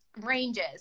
ranges